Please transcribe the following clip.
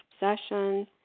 obsession